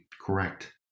correct